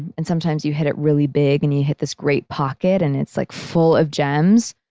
and sometimes you hit it really big and you hit this great pocket and it's, like, full of gems.